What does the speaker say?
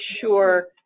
sure